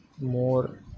more